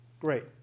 great